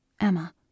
Emma